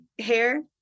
hair